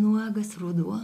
nuogas ruduo